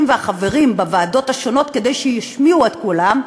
והחברים בוועדות השונות כדי שישמיעו את קולן,